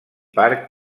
parc